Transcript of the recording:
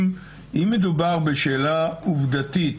אם מדובר בשאלה עובדתית,